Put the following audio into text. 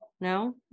No